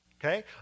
okay